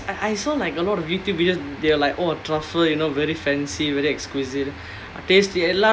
ya because I saw like a lot of YouTube videos they are like oh truffle you know very fancy very exquisite